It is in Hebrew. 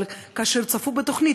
אבל כשצפו בתוכנית,